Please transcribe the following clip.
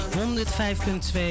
105.2